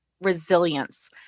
resilience